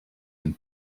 and